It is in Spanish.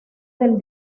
del